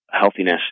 healthiness